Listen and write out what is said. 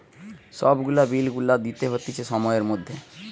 সব গুলা বিল গুলা দিতে হতিছে সময়ের মধ্যে